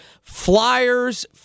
Flyers